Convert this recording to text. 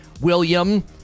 William